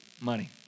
Money